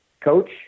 coach